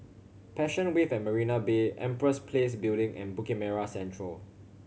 Passion Wave at Marina Bay Empress Place Building and Bukit Merah Central